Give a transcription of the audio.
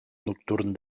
nocturn